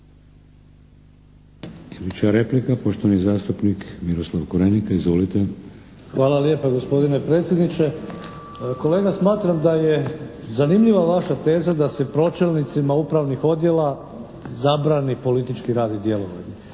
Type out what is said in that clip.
Hvala lijepa, gospodine predsjedniče. Kolega, smatram da je zanimljiva vaša teza da se pročelnicima upravnih odjela zabrani politički rad i djelovanje.